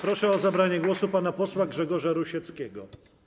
Proszę o zabranie głosu pana posła Grzegorza Rusieckiego.